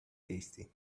tasty